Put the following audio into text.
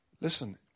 Listen